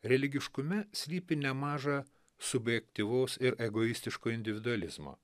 religiškumo slypi nemaža subjektyvus ir egoistiško individualizmo